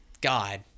God